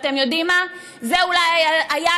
מעולם לא אמרנו דבר